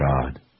God